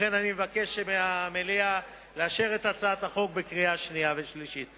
לכן אני מבקש מהמליאה לאשר את הצעת החוק בקריאה שנייה ובקריאה שלישית.